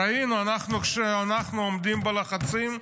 ראינו שכשאנחנו עומדים בלחצים,